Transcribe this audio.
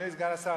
אדוני סגן השר,